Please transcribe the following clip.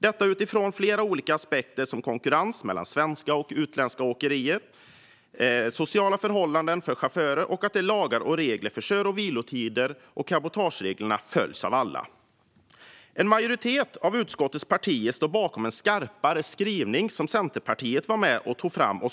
Det är alltså fråga om flera olika aspekter, till exempel konkurrens mellan svenska och utländska åkerier, sociala förhållanden för chaufförer och att lagar och regler för kör och vilotider och cabotageregler följs av alla. En majoritet av utskottets partier står bakom en skarpare skrivning som Centerpartiet har varit med och tagit fram.